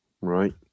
Right